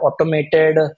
automated